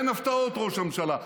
אין הפתעות, ראש הממשלה.